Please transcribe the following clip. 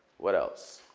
what else?